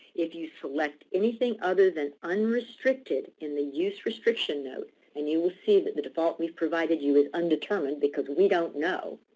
if you select anything other than unrestricted in the use restriction note and you will see that the default we've provided you is undetermined, because we don't know,